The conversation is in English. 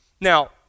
Now